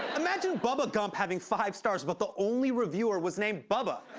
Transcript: imagine bubba gump having five stars, but the only reviewer was named bubba.